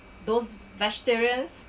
those vegetarians